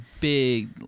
big